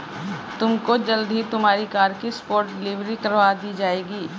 तुमको जल्द ही तुम्हारी कार की स्पॉट डिलीवरी करवा दी जाएगी